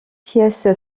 pièce